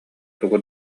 тугу